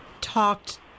talked